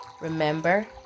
Remember